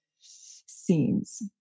scenes